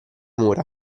mura